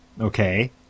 Okay